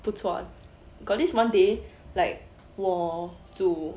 不错 got this monday like 我煮